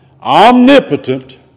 omnipotent